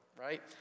right